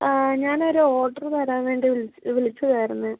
ആ ഞാനൊര് ഓഡറ് തരാൻ വേണ്ടി വിളി വിളിച്ചതായിരുന്നു